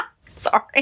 Sorry